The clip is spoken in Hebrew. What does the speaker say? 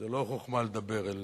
זה לא חוכמה לדבר אל